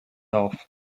off